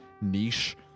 niche